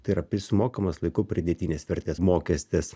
tai yra pri sumokamas laiku pridėtinės vertės mokestis